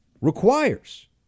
requires